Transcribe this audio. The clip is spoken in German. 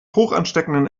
hochansteckenden